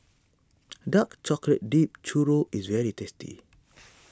Dark Chocolate Dipped Churro is very tasty